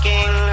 King